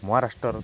Maharashtra